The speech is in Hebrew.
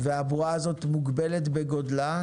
והבועה הזו מוגבלת בגודלה,